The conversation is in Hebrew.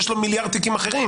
שיש לו מיליארד תיקים אחרים.